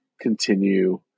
continue